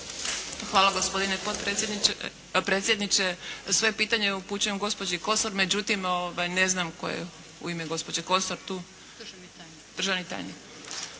Hvala gospodine predsjedniče. Svoje pitanje upućujem gospođi Kosor, međutim ne znam tko je u ime gospođe Kosor